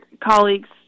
colleagues